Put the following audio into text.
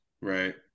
Right